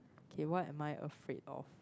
okay what am I afraid of